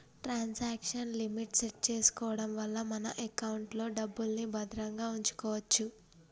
transaction limit set చేసుకోడం వల్ల మన ఎకౌంట్లో డబ్బుల్ని భద్రంగా వుంచుకోచ్చు